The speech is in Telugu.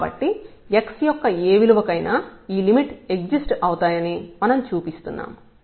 కాబట్టి x యొక్క ఏ విలువ కైనా ఈ లిమిట్స్ ఎగ్జిస్ట్ అవుతాయని మనం చూపిస్తున్నాము